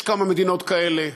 יש כמה מדינות כאלה: